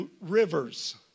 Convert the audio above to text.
rivers